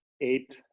eight